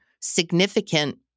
significant